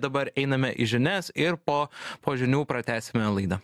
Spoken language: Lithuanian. dabar einame į žinias ir po po žinių pratęsime laidą